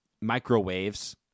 microwaves